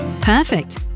Perfect